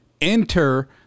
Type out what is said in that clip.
enter